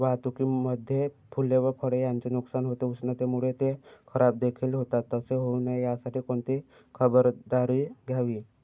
वाहतुकीमध्ये फूले व फळे यांचे नुकसान होते, उष्णतेमुळे ते खराबदेखील होतात तसे होऊ नये यासाठी कोणती खबरदारी घ्यावी?